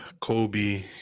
Kobe